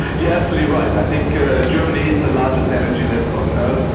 yeah absolutely right. i think germany is the largest energy lab on earth.